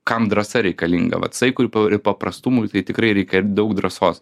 kam drąsa reikalinga vat saikui ir paprastumui tai tikrai reikia ir daug drąsos